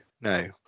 No